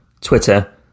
Twitter